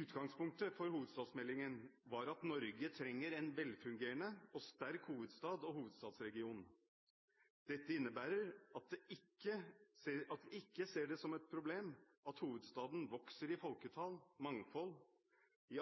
Utgangspunktet for hovedstadsmeldingen er at Norge trenger en velfungerende og sterk hovedstad og hovedstadsregion. Det innebærer at vi ikke ser det som et problem at hovedstaden vokser med tanke på folketall, mangfold,